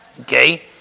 Okay